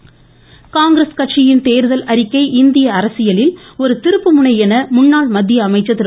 Chidambaram Congress கட்சியின் தோதல் அறிக்கை இந்திய அரசியலில் ஒரு திருப்புமுனை முன்னாள் மத்திய அமைச்சா திரு